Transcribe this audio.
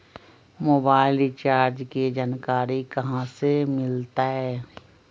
Mobile recharge के जानकारी कहा से मिलतै?